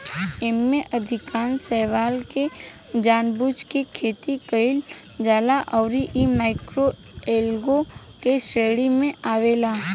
एईमे से अधिकांश शैवाल के जानबूझ के खेती कईल जाला अउरी इ माइक्रोएल्गे के श्रेणी में आवेला